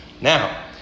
Now